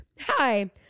hi